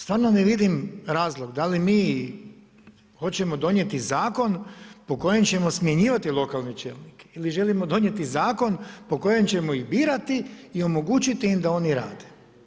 Stvarno ne vidim razlog da li mi hoćemo donijeti zakon po kojem ćemo smjenjivati lokalne čelnike ili želimo donijeti zakon po kojem ćemo ih birati i omogućiti im da oni rade.